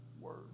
word